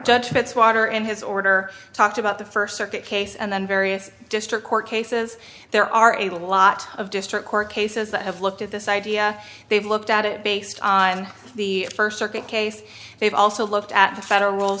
judge fitzwater and his order talked about the first circuit case and then various district court cases there are a lot of district court cases that have looked at this idea they've looked at it based on the first circuit case they've also looked at the federal